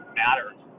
matters